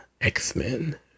X-Men